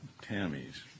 Tammy's